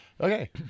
Okay